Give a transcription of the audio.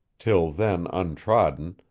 till then untrodden,